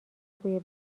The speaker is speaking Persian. بوی